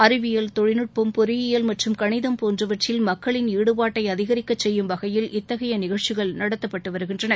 அறிவியல் தொழில்நுட்பம் பொறியியல் மற்றும் கணிதம் போன்றவற்றில் மக்களின் ஈடுபாட்டை அதிகரிக்கச் செய்யும் வகையில் இத்தகைய நிகழ்ச்சிகள் நடத்தப்பட்டு வருகின்றன